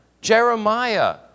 Jeremiah